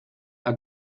are